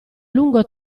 lungo